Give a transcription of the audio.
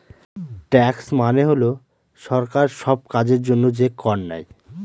tax মানে হল সরকার সব কাজের জন্য যে কর নেয়